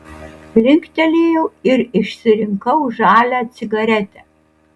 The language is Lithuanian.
linktelėjau ir išsirinkau žalią cigaretę